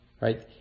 right